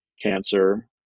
cancer